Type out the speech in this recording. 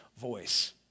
voice